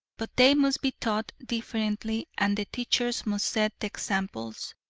but they must be taught differently and the teachers must set the examples,